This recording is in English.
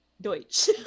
Deutsch